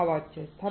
શું તફાવત છે